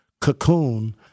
cocoon